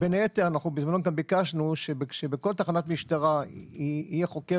בין היתר בזמנו גם ביקשנו שבכל תחנת משטרה יהיה חוקר